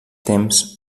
temps